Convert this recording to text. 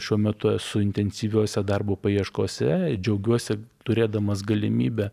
šiuo metu esu intensyviose darbo paieškose džiaugiuosi turėdamas galimybę